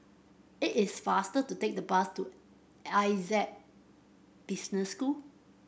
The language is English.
it is faster to take the bus to Essec Business School